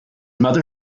mother